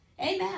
Amen